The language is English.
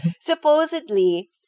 Supposedly